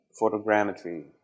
photogrammetry